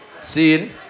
See